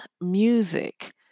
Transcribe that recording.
music